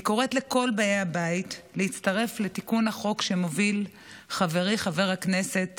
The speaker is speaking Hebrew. אני קוראת לכל באי הבית להצטרף לתיקון החוק שמוביל חברי חבר הכנסת